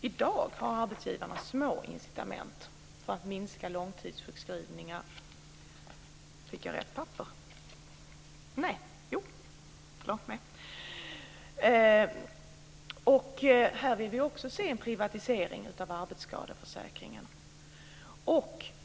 I dag har arbetsgivarna små incitament för att minska långtidssjukskrivningarna. Vi vill se en privatisering av arbetsskadeförsäkringen.